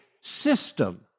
system